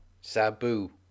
Sabu